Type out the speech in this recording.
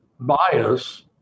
bias